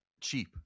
cheap